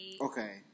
Okay